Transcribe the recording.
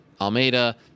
almeida